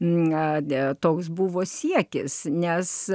ne toks buvo siekis nes